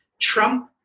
trump